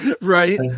Right